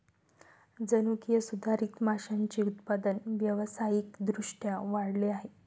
जनुकीय सुधारित माशांचे उत्पादन व्यावसायिक दृष्ट्या वाढले आहे